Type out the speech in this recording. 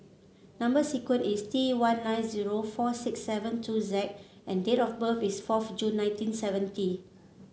number sequence is T one nine zero four six seven two Z and date of birth is fourth June nineteen seventy